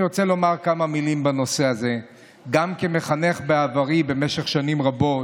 אני רוצה לומר כמה מילים בנושא הזה גם כמחנך בעברי במשך שנים רבות.